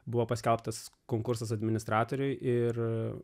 buvo paskelbtas konkursas administratoriui ir